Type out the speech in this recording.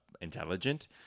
intelligent